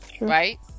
right